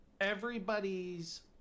everybody's